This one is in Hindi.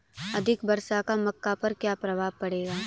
अधिक वर्षा का मक्का पर क्या प्रभाव पड़ेगा?